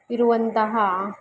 ಇರುವಂತಹ